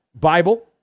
Bible